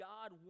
God